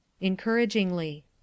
encouragingly